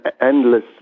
endless